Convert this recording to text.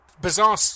Bizarre